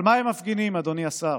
על מה הם מפגינים, אדוני השר?